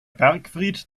bergfried